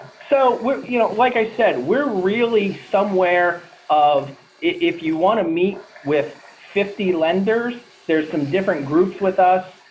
so you know like i said we're really somewhere of it if you want to meet with fifty lenders. there's some different groups with us.